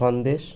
Sandesh